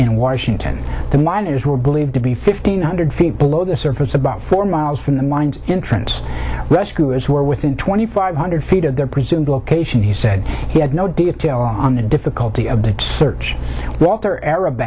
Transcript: in washington the miners were believed to be fifteen hundred feet below the surface about four miles from the mines introns rescuers who are within twenty five hundred feet of their presumed location he said he had no detail on the difficulty of the search walter a